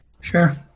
Sure